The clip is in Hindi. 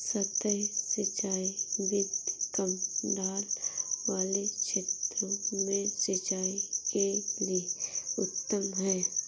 सतही सिंचाई विधि कम ढाल वाले क्षेत्रों में सिंचाई के लिए उत्तम है